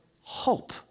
hope